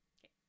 Okay